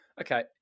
okay